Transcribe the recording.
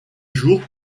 jour